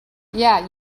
yeah